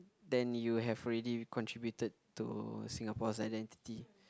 then you have already contributed to Singapore's identity